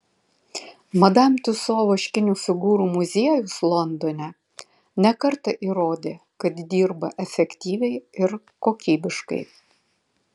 madam tiuso vaškinių figūrų muziejus londone ne kartą įrodė kad dirba efektyviai ir kokybiškai